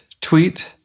tweet